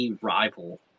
rival